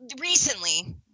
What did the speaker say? Recently